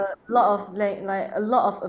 a lot of li~ like a lot of